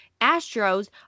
Astros